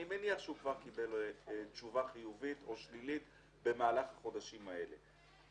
אני מניח שהוא כבר קיבל תשובה חיובית או שלישית במהלך החודשים האלה.